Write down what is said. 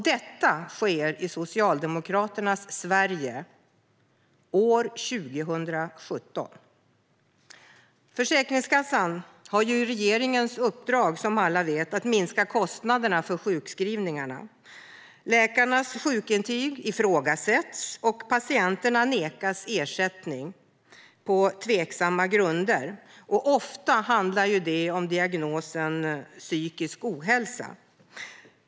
Detta sker i Socialdemokraternas Sverige år 2017. Försäkringskassan har regeringens uppdrag, som alla vet, att minska kostnaderna för sjukskrivningarna. Läkarnas sjukintyg ifrågasätts, och patienterna nekas ersättning på tveksamma grunder. Ofta handlar det om diagnosen psykisk ohälsa.